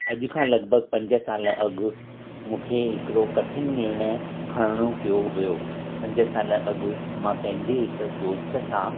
अॼु खां लॻिभॻि पंज साल अॻु मूंखे हिकिड़ो कठिनु निर्णय खणिणो पियो हुयो पंज साल अॻु मां पंहिंजे हिकु दोस्त सां